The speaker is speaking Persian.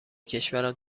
کشورم